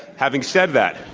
having said that,